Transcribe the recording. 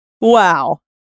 Wow